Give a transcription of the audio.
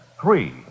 Three